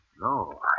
No